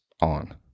on